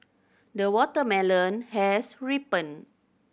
the watermelon has ripened